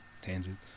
tangent